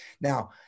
Now